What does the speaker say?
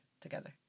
together